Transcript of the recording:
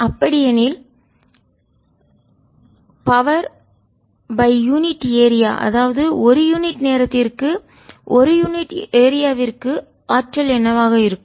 அப்படியெனில் சக்தி by unit area அதாவது ஒரு யூனிட் நேரத்திற்கு ஒரு யூனிட் ஏரியாவிற்கு ஆற்றல் என்னவாக இருக்கும்